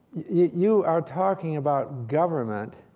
you are talking about government.